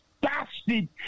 bastard